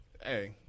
Hey